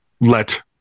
let